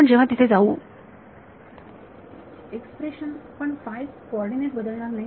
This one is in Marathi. आपण जेव्हा तिथे जाऊ विद्यार्थी एक्सप्रेशन पण फाय कोऑर्डिनेट बदलणार नाहीत